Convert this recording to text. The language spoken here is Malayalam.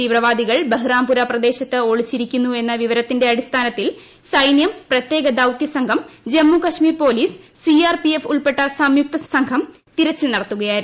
തീവ്രവാദികൾ ബഹ്രൂപ്പു്ര പ്രദേശത്ത് ഒളിച്ചിരിക്കുന്നു എന്ന വിവരത്തിന്റെ അടിസ്ഥാനത്തിൽ സൈന്യം പ്രത്യേക ദൌത്യ സംഘം Jammu Kashmir police C R P F ഉൾപ്പെട്ട സംയുക്ത സംഘം തിരച്ചിൽ നടത്തുകയായിരുന്നു